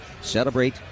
Celebrate